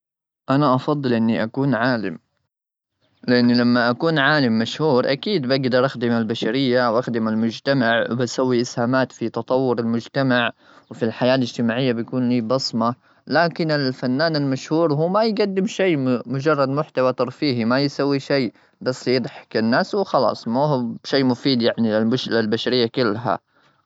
أنا أفضل إني أكون عالم، لأني لما أكون عالم مشهور، أكيد بقدر أخدم البشرية وأخدم المجتمع، وبسوي إسهامات في تطور المجتمع وفي الحياة الاجتماعية. بكون لي بصمة. لكن الفنان المشهور هو ما يقدم شيء، مجرد محتوى ترفيهي. ما يسوي شيء بس يضحك الناس وخلاص. ما هو بشيء مفيد يعني للبش-للبشرية كلها.